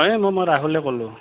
হয় মই মই ৰাহুলে ক'লোঁ